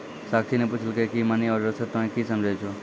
साक्षी ने पुछलकै की मनी ऑर्डर से तोंए की समझै छौ